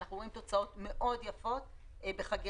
ואנחנו רואים תוצאות מאוד יפות בחגירה